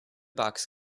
box